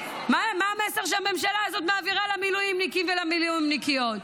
מה המסר שהממשלה הזאת מעבירה למילואימניקים ולמילואימניקיות?